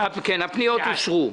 הפניות אושרו.